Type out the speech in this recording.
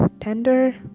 tender